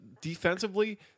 defensively